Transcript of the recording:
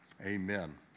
Amen